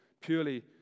purely